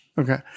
Okay